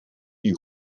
die